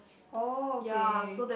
oh okay